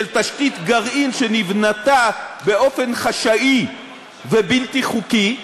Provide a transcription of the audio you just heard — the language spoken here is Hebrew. תשתית גרעין שנבנתה באופן חשאי ובלתי חוקי.